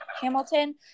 Hamilton